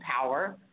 power